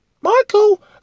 Michael